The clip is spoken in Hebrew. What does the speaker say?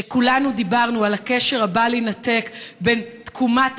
שכולנו דיברנו על הקשר הבל יינתק בין תקומת